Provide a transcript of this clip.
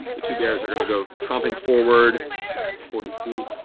the two bears are going to go tromping forward forty feet.